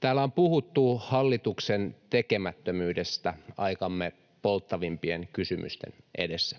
Täällä on puhuttu hallituksen tekemättömyydestä aikamme polttavimpien kysymysten edessä.